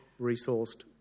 resourced